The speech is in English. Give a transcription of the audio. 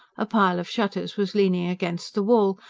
a pile of shutters was leaning against the wall,